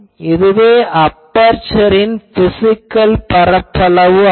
இதுவே அபெர்சரின் பிசிகல் பரப்பளவு ஆகும்